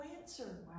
answer